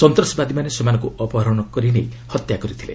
ସନ୍ତାସବାଦୀମାନେ ସେମାନଙ୍କୁ ଅପହରଣ କରି ନେଇ ହତ୍ୟା କରିଥିଲେ